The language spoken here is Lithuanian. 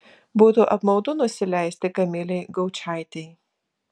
būtų apmaudu nusileisti kamilei gaučaitei